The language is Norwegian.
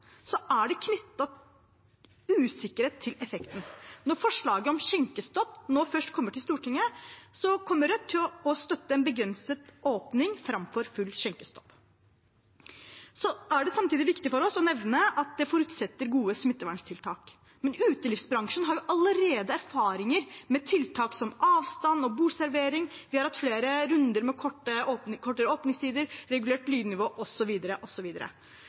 er det knyttet usikkerhet til effekten. Når forslaget om skjenkestopp nå først kommer til Stortinget, kommer Rødt til å støtte en begrenset åpning framfor full skjenkestopp. Samtidig er det viktig for oss å nevne at det forutsetter gode smitteverntiltak. Utelivsbransjen har allerede erfaringer med tiltak som avstand og bordservering, vi har hatt flere runder med kortere åpningstider, regulert lydnivå